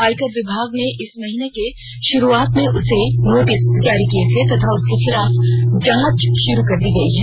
आयकर विभाग ने इस महीने की शुरूआत में उसे नोटिस जारी किए थे तथा उसके खिलाफ जांच शुरू कर दी है